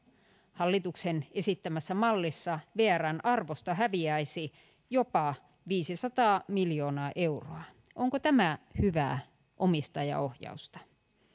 hallituksen esittämässä mallissa vrn arvosta häviäisi jopa viisisataa miljoonaa euroa onko tämä hyvää omistajaohjausta